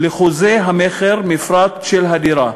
לחוזה המכר מפרט של הדירה,